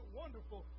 wonderful